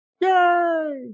Yay